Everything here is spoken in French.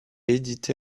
édité